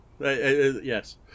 Yes